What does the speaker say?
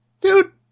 dude